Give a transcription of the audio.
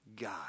God